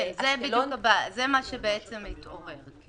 כן, זה מה שבעצם התעורר.